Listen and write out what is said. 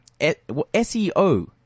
SEO